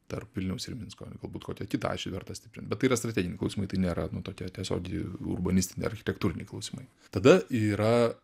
tarp vilniaus ir minsko galbūt kokią kitą ašį verta stiprint bet tai yra strateginiai klausimai tai nėra nu tokie tiesiogiai urbanistiniai architektūriniai klausimai tada yra